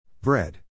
Bread